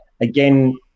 again